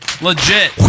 Legit